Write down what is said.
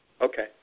Okay